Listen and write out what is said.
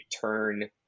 turn